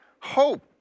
Hope